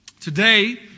Today